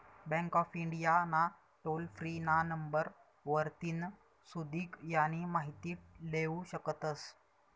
bank of India ना toll free ना number वरतीन सुदीक यानी माहिती लेवू शकतस